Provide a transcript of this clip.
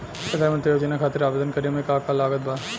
प्रधानमंत्री योजना खातिर आवेदन करे मे का का लागत बा?